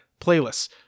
playlists